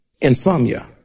insomnia